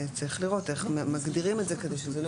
צריך לראות איך מגדירים את זה כדי שזה לא יהיה